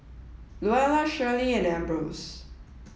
Luella Shirlie and Ambrose